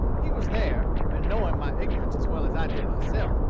he was there, and knowing my ignorance as well as i did myself,